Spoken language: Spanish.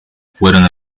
fueron